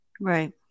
Right